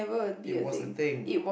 it was a thing